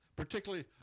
Particularly